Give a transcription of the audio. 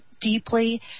deeply